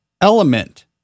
Element